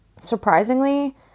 Surprisingly